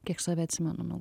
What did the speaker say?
kiek save atsimenu nuo